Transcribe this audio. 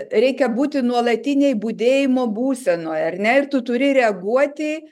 reikia būti nuolatinėj budėjimo būsenoj ar ne ir tu turi reaguoti